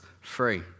free